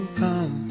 come